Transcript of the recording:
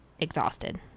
exhausted